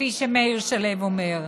כפי שמאיר שלו אומר.